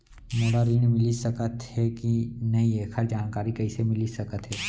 मोला ऋण मिलिस सकत हे कि नई एखर जानकारी कइसे मिलिस सकत हे?